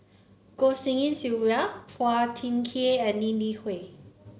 Goh Tshin En Sylvia Phua Thin Kiay and Lee Li Hui